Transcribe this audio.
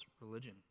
religion